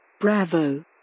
Bravo